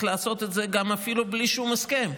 גם לעשות את זה אפילו בלי שום הסכם,